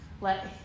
let